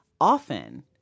often